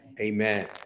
Amen